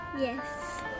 Yes